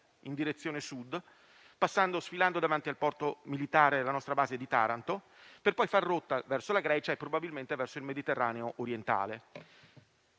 in direzione Sud, sfilando davanti al porto militare di Taranto (nostra base), per poi fare rotta verso la Grecia e probabilmente verso il Mediterraneo orientale.